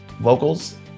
vocals